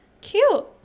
Cute